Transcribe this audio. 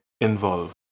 involve